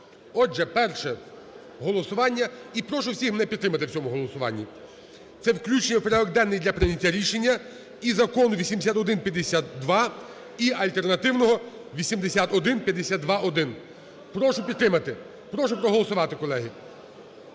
Отже, перше голосування - і прошу всіх мене підтримати в цьому голосуванні, - це включення в порядок денний для прийняття рішення і закону 8152, і альтернативного 8152-1. Прошу підтримати, прошу проголосувати, колеги.